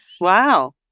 Wow